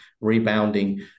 rebounding